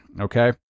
okay